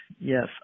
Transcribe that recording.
yes